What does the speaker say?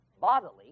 bodily